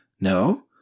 No